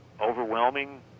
overwhelming